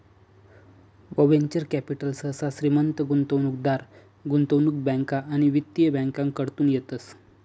venture capital सहसा श्रीमंत गुंतवणूकदार, गुंतवणूक बँका आणि वित्तीय बँकाकडतून येतस